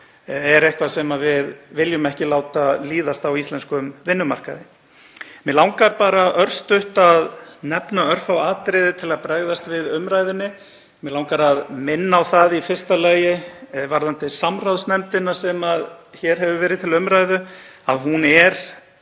er eitthvað sem við viljum ekki láta líðast á íslenskum vinnumarkaði. Mig langar örstutt að nefna örfá atriði til að bregðast við umræðunni. Mig langar í fyrsta lagi að minna á varðandi samráðsnefndina sem hér hefur verið til umræðu að hún er